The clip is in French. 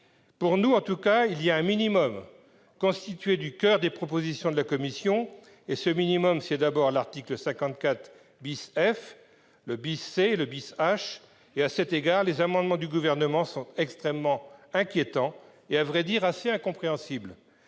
Pour nous, en tout cas, il y a un « minimum », constitué du coeur des propositions de la commission. Et ce minimum, c'est d'abord l'article 54 F, mais ce sont aussi les articles 54 C, 54 H et 54 I. À cet égard, les amendements du Gouvernement sont extrêmement inquiétants et, à vrai dire, assez incompréhensibles.